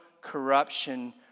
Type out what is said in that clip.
corruption